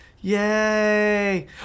yay